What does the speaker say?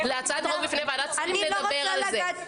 להצעת החוק - נדבר על זה.